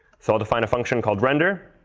so i'll define a function called render.